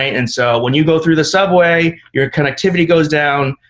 right? and so when you go through the subway, your connectivity goes down,